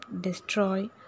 destroy